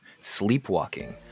Sleepwalking